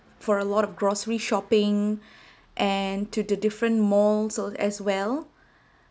for a lot of grocery shopping and to the different malls as well